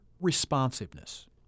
responsiveness